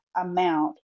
amount